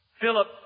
Philip